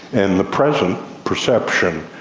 and the present perception,